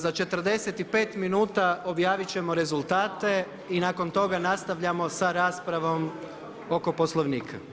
Za 45 minuta objavit ćemo rezultate i nakon toga nastavljamo sa raspravom oko Poslovnika.